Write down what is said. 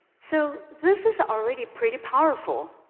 so, this is already pretty powerful,